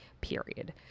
period